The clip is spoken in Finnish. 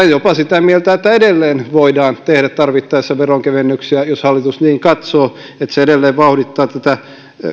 jopa sitä mieltä että edelleen voidaan tehdä tarvittaessa veronkevennyksiä jos hallitus niin katsoo että se edelleen vauhdittaa tätä